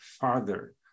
farther